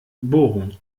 bohrung